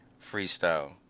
freestyle